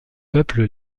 peuple